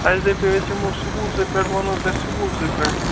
اَسہِ دَپیو أسۍ چَمو سکوٗل سٕے پٮ۪ٹھ وَنو تۄہہِ سکوٗل سٕے پٮ۪ٹھ